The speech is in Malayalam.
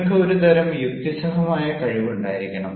നിങ്ങൾക്ക് ഒരുതരം യുക്തിസഹമായ കഴിവ് ഉണ്ടായിരിക്കണം